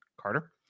Carter